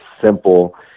simple